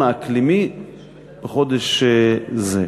האקלימי בחודש זה.